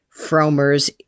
fromers